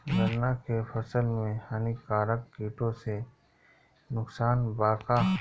गन्ना के फसल मे हानिकारक किटो से नुकसान बा का?